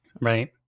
Right